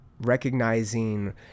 recognizing